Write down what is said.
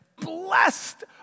blessed